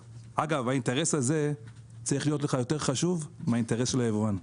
האינטרס הזה צריך להיות לך יותר חשוב מהאינטרס של היבואן.